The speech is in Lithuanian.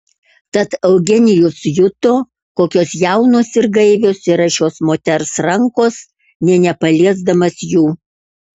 tad eugenijus juto kokios jaunos ir gaivios yra šios moters rankos nė nepaliesdamas jų